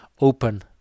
open